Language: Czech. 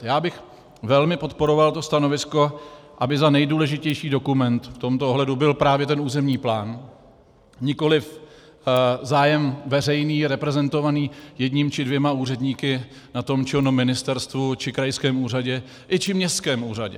Já bych velmi podporoval to stanovisko, aby za nejdůležitější dokument v tomto ohledu byl právě ten územní plán, nikoliv zájem veřejný reprezentovaný jedním či dvěma úředníky na tom či onom ministerstvu či krajském úřadě i či městském úřadě.